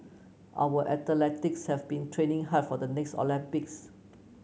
our have been training hard for the next Olympics